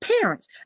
Parents